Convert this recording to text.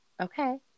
okay